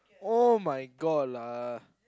[oh]-my-god lah